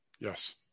Yes